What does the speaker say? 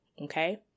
Okay